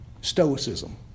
Stoicism